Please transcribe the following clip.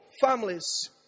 Families